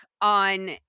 on